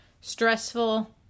stressful